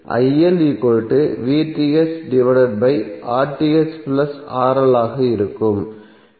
ஆக இருக்கும்